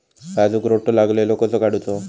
काजूक रोटो लागलेलो कसो काडूचो?